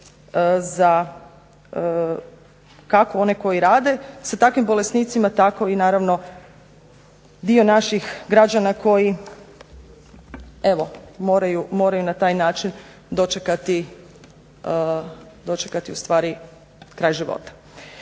za kako za one koji rade sa takvim bolesnicima tako i naravno dio naših građana koji evo moraju na taj način dočekati ustvari kraj života.